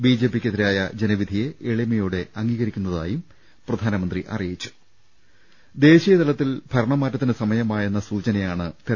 B J പിക്കെതിരായ ജനവിധിയെ എളിമയോടെ അംഗീകരിക്കുന്നതായും പ്രധാനമന്ത്രി അറിയിച്ചു ദേശീയ തലത്തിൽ ഭരണമാറ്റത്തിന് സമയമായെന്ന സൂചനയാണ് തെര